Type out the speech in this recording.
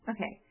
Okay